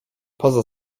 poza